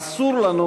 אסור לנו